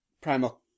Primal